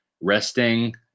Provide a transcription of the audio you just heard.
resting